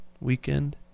weekend